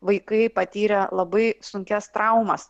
vaikai patyrę labai sunkias traumas